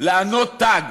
לענוד תג.